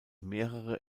mehrere